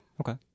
Okay